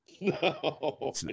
No